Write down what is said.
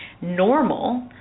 normal